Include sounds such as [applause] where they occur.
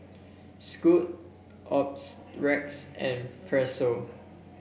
Scoot [unintelligible] and Pezzo